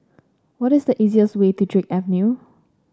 what is the easiest way to Drake Avenue